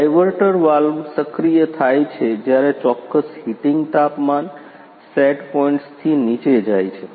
diverter valve સક્રિય થાય છે જ્યારે ચોક્કસ હિટીંગ તાપમાન સેટ પોઇન્ટ્સ થી નીચે જાય છે